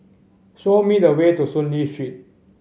show me the way to Soon Lee Street